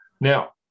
Now